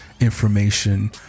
information